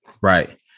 Right